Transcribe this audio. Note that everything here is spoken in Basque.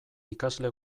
ikasle